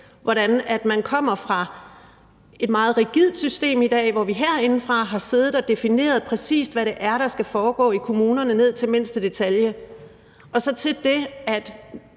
hvordan man kommer fra et meget rigidt system i dag, hvor vi herindefra har siddet og defineret, præcis hvad det er, der skal foregå i kommunerne, ned til mindste detalje, og så til det, at